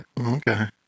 okay